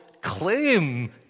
claim